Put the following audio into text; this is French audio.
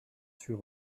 sur